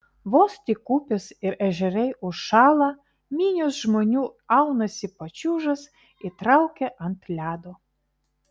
vos tik upės ir ežerai užšąla minios žmonių aunasi pačiūžas ir traukia ant ledo